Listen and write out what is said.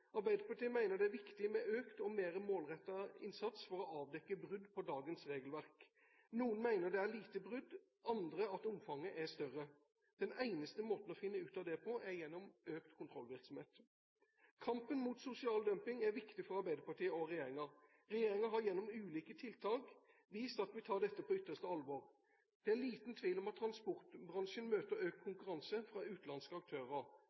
Arbeiderpartiet mener det er viktig med økt og mer målrettet innsats for å avdekke brudd på dagens regelverk. Noen mener det er lite brudd, andre mener at omfanget er større. Den eneste måten å finne ut av det på er gjennom økt kontrollvirksomhet. Kampen mot sosial dumping er viktig for Arbeiderpartiet og regjeringen. Regjeringen har gjennom ulike tiltak vist at den tar dette på ytterste alvor. Det er liten tvil om at transportbransjen møter økt konkurranse fra utenlandske aktører